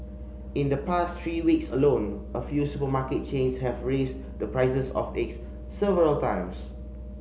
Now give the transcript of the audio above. in the past three weeks alone a few supermarket chains have raised the prices of eggs several times